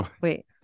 wait